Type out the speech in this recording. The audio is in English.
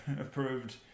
approved